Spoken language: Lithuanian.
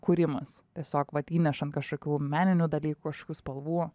kūrimas tiesiog vat įnešant kažkokių meninių dalykų kažkokių spalvų